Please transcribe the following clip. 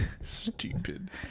stupid